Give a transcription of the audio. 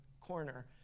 corner